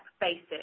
basis